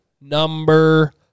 number